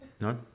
No